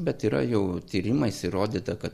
bet yra jau tyrimais įrodyta kad